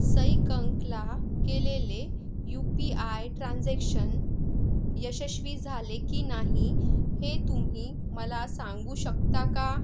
सई कंकला केलेले U P I transaction यशस्वी झाले की नाही हे तुम्ही मला सांगू शकता का